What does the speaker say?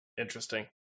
Interesting